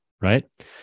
Right